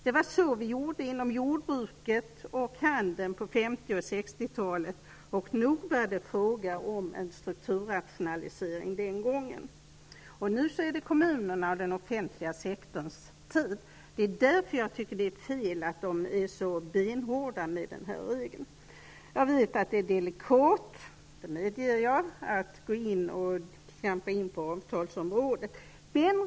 Det var så vi gjorde inom jordbruket och handeln på 50 och 60 talen. Nog var det fråga om en strukturrationalisering den gången. Nu är det kommunernas och den offentliga sektorns tur. Det är därför som jag tycker att det är fel att de är så benhårda med denna regel. Det är delikat, det medger jag, att klampa in på avtalsområdet.